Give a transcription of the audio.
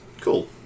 Cool